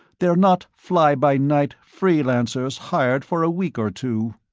they are not fly-by-night freelancers hired for a week or two.